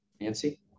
Nancy